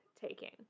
taking